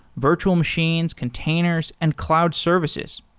virtual machines, containers and cloud services.